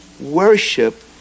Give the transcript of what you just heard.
worship